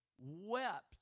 wept